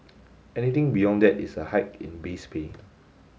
anything beyond that is a hike in base pay